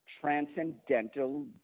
transcendental